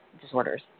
disorders